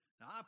now